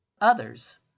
others